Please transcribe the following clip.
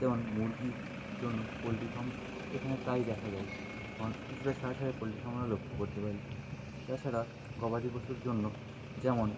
যেমন মুরগির জন্য পোলট্রি ফার্ম এখানে প্রায় দেখা যায় কিছুটা ছাড়া ছাড়াই পোলট্রি ফার্ম আমরা লক্ষ্য করতে পারি তাছাড়া গবাদি পশুর জন্য যেমন